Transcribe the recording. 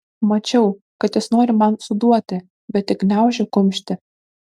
mačiau kad jis nori man suduoti bet tik gniaužė kumštį